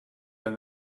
than